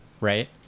right